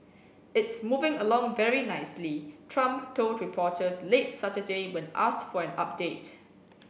it's moving along very nicely Trump told reporters late Saturday when asked for an update